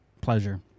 pleasure